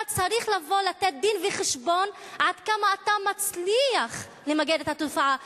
אתה צריך לבוא ולתת דין-וחשבון עד כמה אתה מצליח למגר את התופעה,